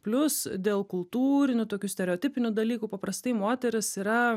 plius dėl kultūrinių tokių stereotipinių dalykų paprastai moterys yra